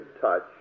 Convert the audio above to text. touch